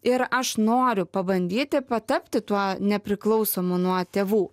ir aš noriu pabandyti patapti tuo nepriklausomu nuo tėvų